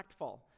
impactful